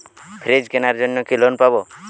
Fridge কেনার জন্য কি লোন পাব?